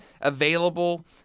available